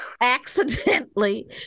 accidentally